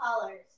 colors